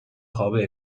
خوابه